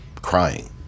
crying